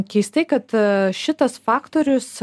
keistai kad šitas faktorius